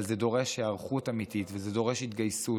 אבל זה דורש היערכות אמיתית וזה דורש התגייסות,